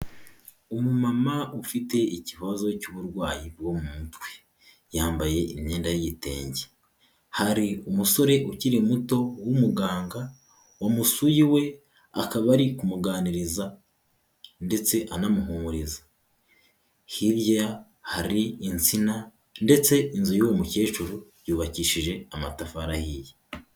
Umumama ufite ikibazo cy'uburwayi bwo mu mutwe, yambaye imyenda y'igitenge, hari umusore ukiri muto w'umuganga wamusuye iwe, akaba ari kumuganiriza ndetse anamuhumuriza. Hirya hari insina ndetse inzu y'uwo mukecuru yubakishije amatafari ahiye.